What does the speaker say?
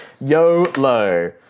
YOLO